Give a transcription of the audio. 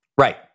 Right